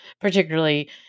particularly